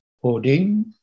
Holding